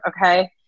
Okay